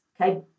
okay